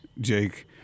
Jake